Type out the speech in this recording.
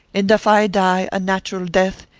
and if i die a natural death,